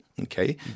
okay